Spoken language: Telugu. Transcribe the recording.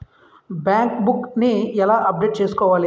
బ్యాంక్ బుక్ నీ ఎలా అప్డేట్ చేసుకోవాలి?